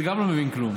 הוא גם לא מבין כלום.